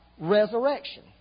resurrection